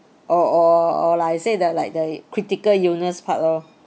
or or or like I say that like the critical illness part lor